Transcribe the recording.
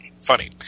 funny